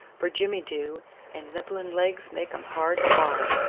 for jimmy do and nibblum legs make um hard hard.